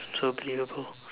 so unbeliveable